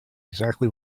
exactly